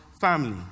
family